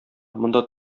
монда